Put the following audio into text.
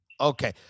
Okay